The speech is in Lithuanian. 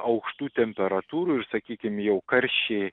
aukštų temperatūrų ir sakykim jau karščiai